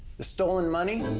the stolen money?